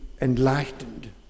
enlightened